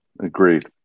Agreed